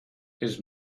his